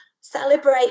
celebrate